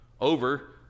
over